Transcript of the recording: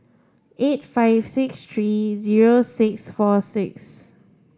eight five six eight zero six four six